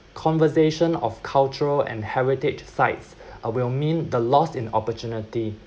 conversation of cultural and heritage sites will mean the lost in opportunity